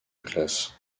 classe